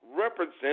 represent